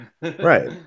Right